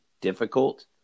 difficult